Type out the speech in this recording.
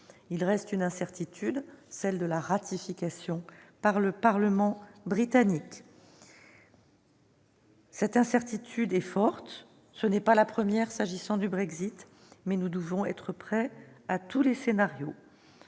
signalé, une incertitude demeure sur la ratification de l'accord par le Parlement britannique. Cette incertitude est forte ; ce n'est pas la première s'agissant du Brexit, mais nous devons être prêts pour tous les scénarios.